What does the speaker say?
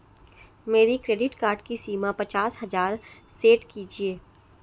मेरे credit card की सीमा पचास हजार सेट कीजिए